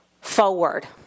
forward